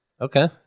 Okay